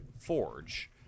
forge